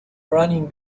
running